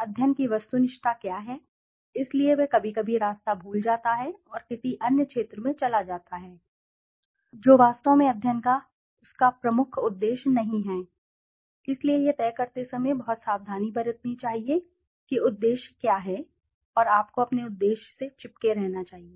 अध्ययन की वस्तुनिष्ठता क्या है इसलिए वह कभी कभी रास्ता भूल जाता है और किसी अन्य क्षेत्र में चला जाता है जो वास्तव में अध्ययन का उसका प्रमुख उद्देश्य नहीं है इसलिए यह तय करते समय बहुत सावधानी बरतनी चाहिए कि उद्देश्य क्या है और आपको अपने उद्देश्य से चिपके रहना चाहिए